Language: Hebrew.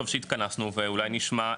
טוב שהתכנסנו ואולי נשמע,